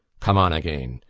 come on again.